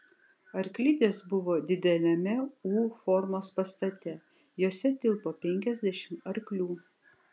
arklidės buvo dideliame u formos pastate jose tilpo penkiasdešimt arklių